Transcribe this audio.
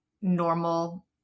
normal